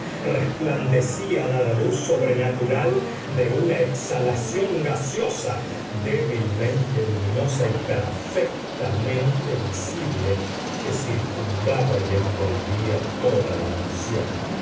resplandecían a la luz sobrenatural de una exhalación gaseosa débilmente luminosa y perfectamente visible que circundaba y envolvía toda la mansión